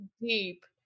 deep